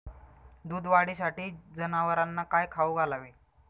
दूध वाढीसाठी जनावरांना काय खाऊ घालावे?